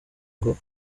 ngo